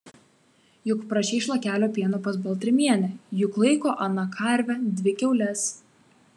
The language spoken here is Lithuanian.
juk prašei šlakelio pieno pas baltrimienę juk laiko ana karvę dvi kiaules